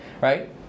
right